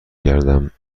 گردم